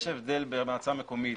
יש הבדל בין מועצה מקומית